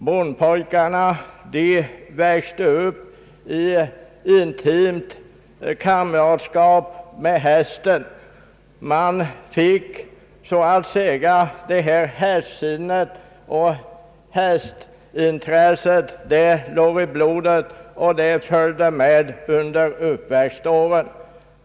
Bondpojkarna växte upp i intimt kamratskap med hästen. Man fick så att säga hästsinne. Hästintresset låg i blodet, och det följde med under uppväxtåren.